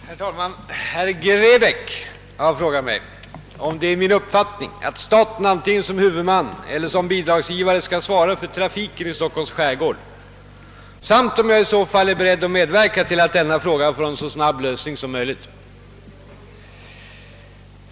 Herr talman! Herr Grebäck har frågat mig, om det är min uppfattning att staten antingen som huvudman eller som bidragsgivare skall svara för trafiken i Stockholms skärgård samt om jag i så fall är beredd att medverka till att detta spörsmål får en så snabb lösning som möjligt.